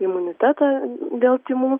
imunitetą dėl tymų